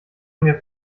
mir